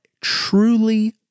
truly